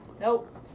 Nope